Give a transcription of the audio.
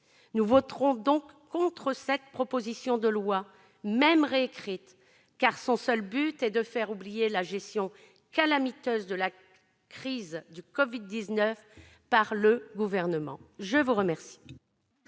Nous voterons donc contre cette proposition de loi, même réécrite, car son seul but est de faire oublier la gestion calamiteuse de la crise du Covid-19 par le Gouvernement. La parole